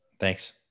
Thanks